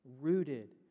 rooted